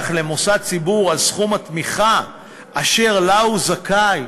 למוסד ציבור על סכום התמיכה אשר לה הוא זכאי,